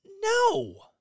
No